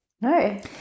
No